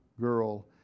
girl